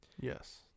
Yes